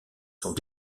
sont